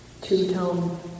two-tone